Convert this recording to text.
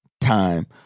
Time